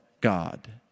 God